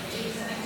תודה רבה.